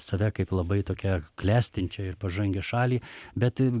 save kaip labai tokią klestinčią ir pažangią šalį bet